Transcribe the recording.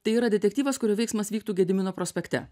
tai yra detektyvas kurio veiksmas vyktų gedimino prospekte